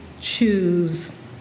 choose